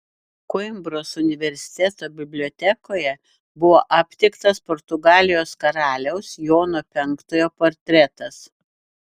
koimbros universiteto bibliotekoje buvo aptiktas portugalijos karaliaus jono penktojo portretas